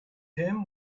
him